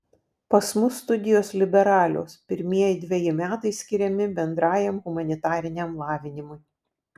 pas mus studijos liberalios pirmieji dveji metai skiriami bendrajam humanitariniam lavinimui